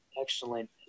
excellent